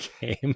game